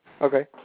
okay